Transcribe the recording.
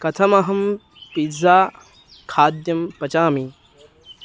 कथमहं पिज़ा खाद्यं पचामि